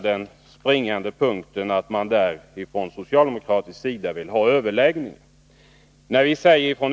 Den springande punkten är att man från socialdemokratisk sida vill ha överläggningar.